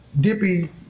dippy